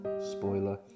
Spoiler